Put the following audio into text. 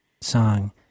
song